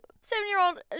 Seven-year-old